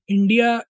India